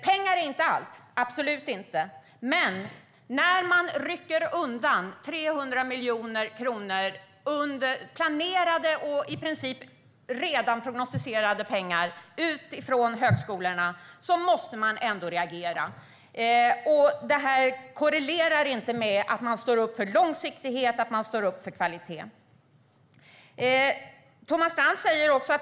Pengar är inte allt - absolut inte. Men när man rycker undan 300 miljoner kronor, planerade och i princip redan prognostiserade pengar, från högskolorna måste jag ändå reagera. Det här korrelerar inte med att man står upp för långsiktighet och att man står upp för kvalitet.